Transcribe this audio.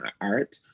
art